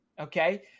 Okay